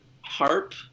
harp